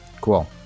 Cool